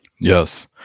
Yes